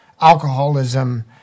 alcoholism